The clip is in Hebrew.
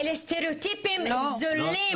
לסטריאוטיפים זולים.